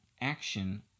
action